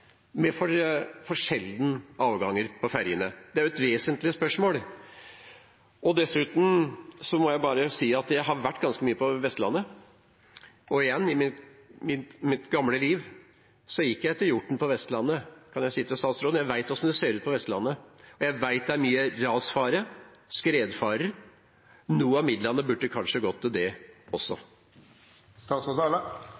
med for sjeldne avganger på fergene. Det er jo et vesentlig spørsmål. Dessuten må jeg bare si at jeg har vært ganske mye på Vestlandet. I mitt gamle liv gikk jeg etter hjorten på Vestlandet – det kan jeg si til statsråden – og jeg vet hvordan det ser ut på Vestlandet, jeg vet at det er mye rasfare og skredfare der. Noen av midlene burde kanskje også gått til det.